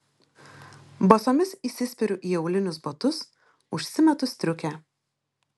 basomis įsispiriu į aulinius batus užsimetu striukę